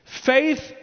Faith